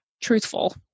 truthful